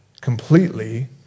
completely